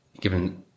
given